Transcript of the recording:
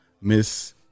Miss